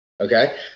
Okay